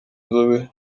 inzobe